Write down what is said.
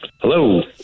Hello